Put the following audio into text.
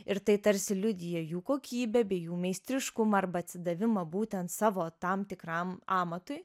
ir tai tarsi liudija jų kokybę bei jų meistriškumą arba atsidavimą būtent savo tam tikram amatui